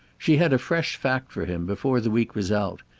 she had a fresh fact for him before the week was out,